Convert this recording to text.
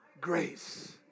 grace